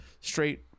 straight